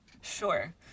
Sure